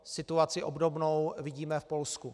Situaci obdobnou vidíme v Polsku.